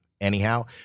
anyhow